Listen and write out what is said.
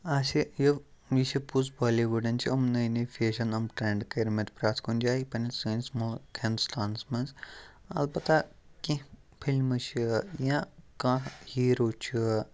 اچھا یِم یہِ چھِ پوٚز بالِوُڈَن چھِ یِم نٔوۍ نٔوۍ فیشَن یِم ٹرٛٮ۪نٛڈ کٔرۍ مٕتۍ پرٛٮ۪تھ کُنہِ جایہِ پنٛنٮ۪ن سٲنِس ہِندوستانَس منٛز البتہ کینٛہہ فِلمہٕ چھِ یا کانٛہہ ہیٖرو چھُ